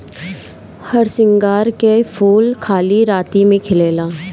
हरसिंगार के फूल खाली राती में खिलेला